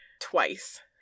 twice